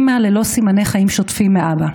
אימא ללא סימני חיים שוטפים מאבא.